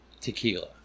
tequila